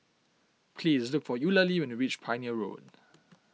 please look for Eulalie when you reach Pioneer Road